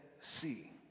see